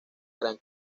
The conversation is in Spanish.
gran